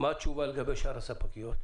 מה התשובה לגבי שאר הספקיות?